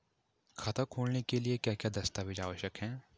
खाता खोलने के लिए क्या क्या दस्तावेज़ आवश्यक हैं?